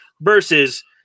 versus